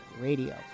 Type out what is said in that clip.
Radio